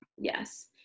yes